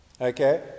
Okay